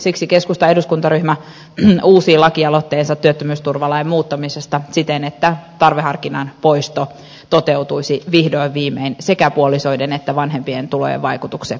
siksi keskustan eduskuntaryhmä uusii laki aloitteensa työttömyysturvalain muuttamisesta siten että tarveharkinnan poisto toteutuisi vihdoin viimein sekä puolisoiden että vanhempien tulojen vaikutuksen osalta